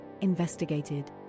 investigated